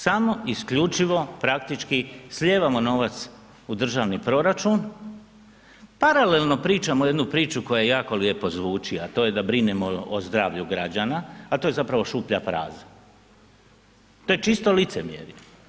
Samo isključivo praktički slijevamo novac u državni proračun, paralelno pričamo jednu priču koja jako lijepo zvuči, a to je da brinemo o zdravlju građana, a to je zapravo šuplja fraza, to je čisto licemjerje.